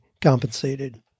compensated